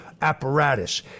apparatus